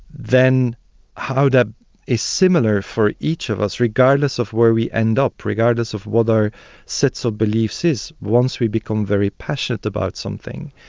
then how that is similar for each of us regardless of where we end up, regardless of what our sets of beliefs is. once we become very passionate about something,